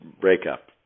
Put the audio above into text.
breakup